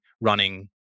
running